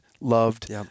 loved